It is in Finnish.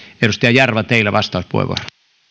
edustaja jarva teillä vastauspuheenvuoro